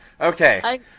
Okay